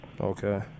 Okay